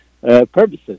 purposes